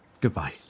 Goodbye